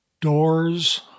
doors